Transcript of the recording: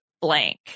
blank